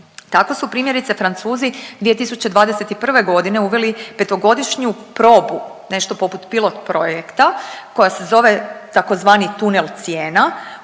Tako su primjerice Francuzi 2021.g. uveli 5-godišnju probu, nešto poput pilot projekta koja se zove tzv. tunel cijena